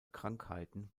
krankheiten